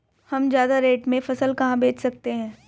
हम ज्यादा रेट में फसल कहाँ बेच सकते हैं?